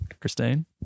Christine